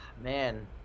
man